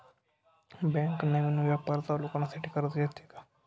Bank नवीन व्यापार चालू करण्यासाठी कर्ज देते का?